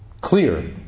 clear